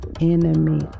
enemy